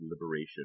Liberation